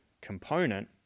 component